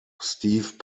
steve